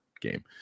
game